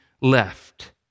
left